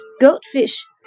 goldfish